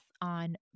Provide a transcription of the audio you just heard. on